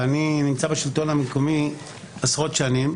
ואני נמצא בשלטון המקומי עשרות שנים,